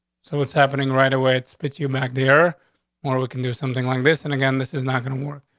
so what's happening right away? it spits you back there more. we can do something like this. and again, this is not gonna work.